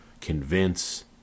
convince